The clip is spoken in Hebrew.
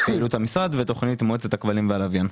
פעילות המשרד ותוכנית מועצת הכבלים והלווין.